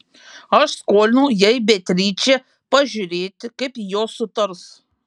aš skolinau jai beatričę pažiūrėti kaip jos sutars